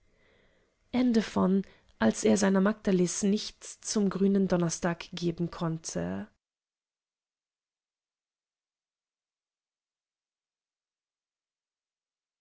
als er seiner magdalis nichts zum grünen donnerstag geben konnte